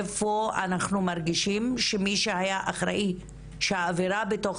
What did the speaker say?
איפה אנחנו מרגישים שמי שהיה אחראי שהאווירה בתוך